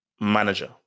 manager